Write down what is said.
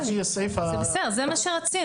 זה בסדר, זה מה שרצינו.